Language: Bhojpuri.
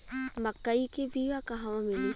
मक्कई के बिया क़हवा मिली?